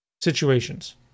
situations